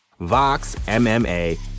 VoxMMA